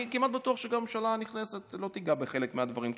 אני כמעט בטוח שגם הממשלה הנכנסת לא תיגע בחלק מהדברים,